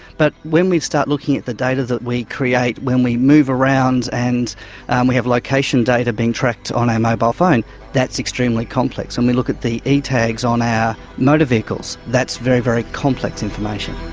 but when we start looking at the data that we create when we move around and and we have location data being tracked on our mobile phone, that's extremely complex. when we look at the e-tags on our motor vehicles, that's very, very complex information.